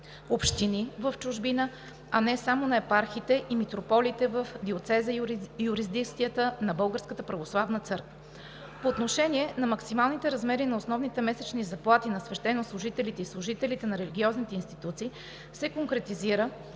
общини в чужбина, а не само на епархиите и митрополиите в диоцеза и юрисдикцията на Българската православна църква; - по отношение на максималните размери на основните месечни заплати на свещенослужителите и служителите на религиозните институции се конкретизира